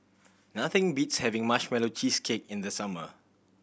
nothing beats having Marshmallow Cheesecake in the summer